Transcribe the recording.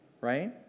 right